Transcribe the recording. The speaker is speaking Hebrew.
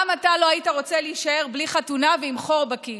גם אתה לא היית רוצה להישאר בלי חתונה ועם חור בכיס.